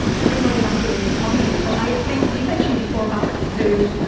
putting money back in the economy, but i think. did you mention before about food.